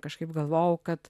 kažkaip galvojau kad